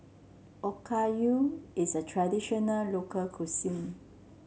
Okayu is a traditional local cuisine